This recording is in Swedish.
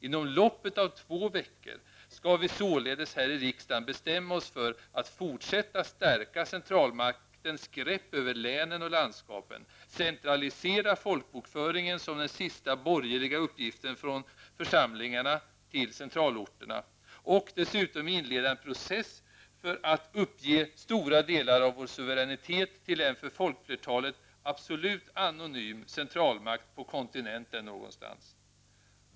Inom loppet av två veckor skall vi således bestämma oss för att fortsätta stärka centralmaktens grepp över länen och landskapen, centralisera folkbokföringen som den sista borgerliga uppgiften från församlingarna till centralorterna och dessutom inleda en process för att uppge stora delar av vår suveränitet till en för folkflertalet absolut anonym centralmakt på kontinenten någonstans.